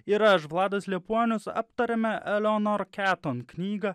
ir aš vladas liepuonius aptariame eleonor keton knygą